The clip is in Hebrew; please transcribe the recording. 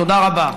תודה רבה.